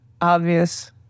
obvious